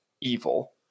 evil